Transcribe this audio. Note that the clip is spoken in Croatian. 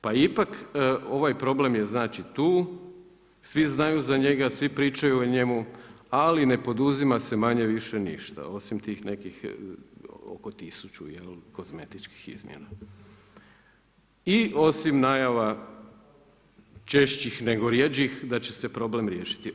Pa ipak ovaj problem je tu, svi znaju za njega, svi pričaju o njemu, ali ne poduzima se manje-više ništa, osim tih nekih oko tisuću kozmetičkih izmjena i osim najava češćih nego rjeđih da će se problem riješiti.